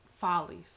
Follies